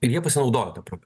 ir jie pasinaudojo ta proga